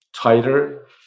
tighter